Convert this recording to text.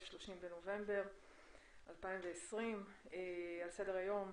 30 בנובמבר 2020. על סדר היום: